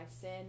sin